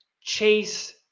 chase